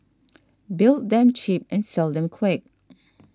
build them cheap and sell them quick